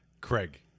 Craig